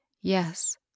Yes